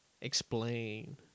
explain